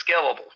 scalable